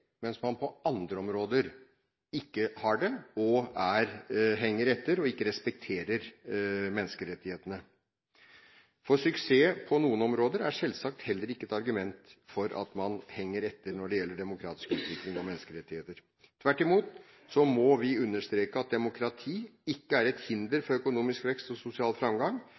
mens man på andre områder ikke har det og henger etter og ikke respekterer menneskerettighetene. Suksess på noen områder er selvsagt heller ikke et argument for at man henger etter når det gjelder demokratisk utvikling og menneskerettigheter. Tvert imot må vi understreke at demokrati ikke er et hinder for økonomisk vekst og sosial framgang.